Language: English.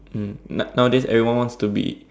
um now nowadays everyone wants to be